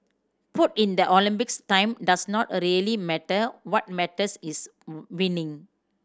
put in the Olympics time does not a really matter what matters is winning